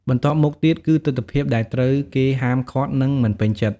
បន្ទាប់មកទៀតគឺទិដ្ឋភាពដែលត្រូវគេហាមឃាត់ និងមិនពេញចិត្ត។